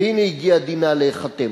והנה הגיע דינה להיחתם?